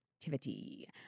activity